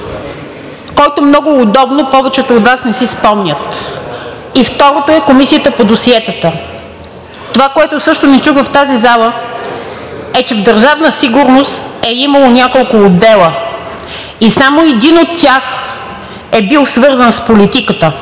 който много удобно повечето от Вас не си спомнят, и второто е Комисията по досиетата. Това, което също не чух в тази зала, е, че в Държавна сигурност е имало няколко отдела и само един от тях е бил свързан с политиката.